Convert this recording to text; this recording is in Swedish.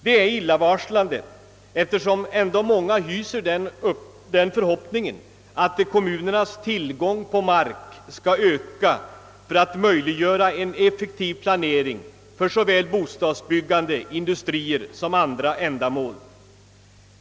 Detta är illavarslande, eftersom ändå många hyser förhoppningen att kommunernas tillgång på mark skall öka för att möjliggöra en effektiv planering för bostadsbyggande, industrier och andra ändamål.